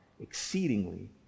exceedingly